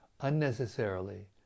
unnecessarily